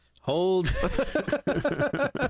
hold